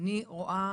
אני רואה